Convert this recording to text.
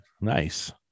nice